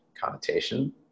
connotation